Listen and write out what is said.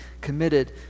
committed